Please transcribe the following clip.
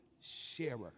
sharer